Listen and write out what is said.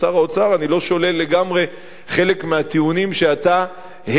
ואני לא שולל לגמרי חלק מהטיעונים שאתה העלית.